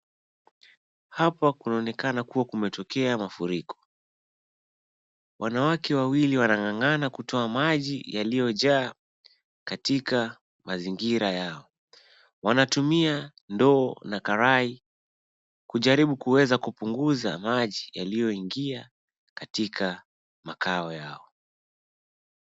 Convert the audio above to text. Hapa kunaonekana kuwa kumetokea mafuriko, wanawake wawili wanang'ang'ana kutoa maji yaliojaa katika mazingira yao, wanatumia ndoo na karai kujaribu kuweza kupunguza maji yalioingia katika makao yao.